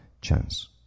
chance